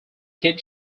kid